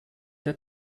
der